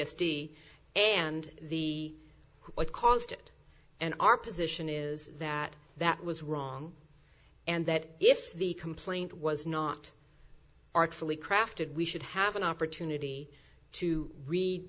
s d and the what caused it and our position is that that was wrong and that if the complaint was not artfully crafted we should have an opportunity to read